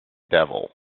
devil